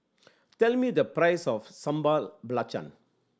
tell me the price of Sambal Belacan